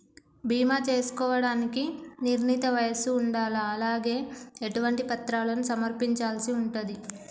బీమా చేసుకోవడానికి నిర్ణీత వయస్సు ఉండాలా? అలాగే ఎటువంటి పత్రాలను సమర్పించాల్సి ఉంటది?